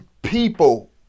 People